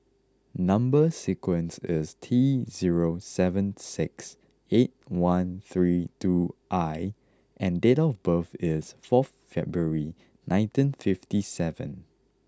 number sequence is T zero seven six eight one three two I and date of birth is fourth February nineteen fifty seven